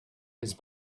his